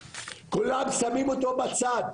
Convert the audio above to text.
כולם שמים אותו בצד,